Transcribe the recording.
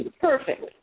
Perfect